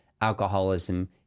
alcoholism